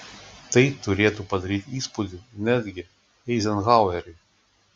tai turėtų padaryti įspūdį netgi eizenhaueriui